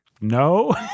no